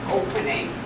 opening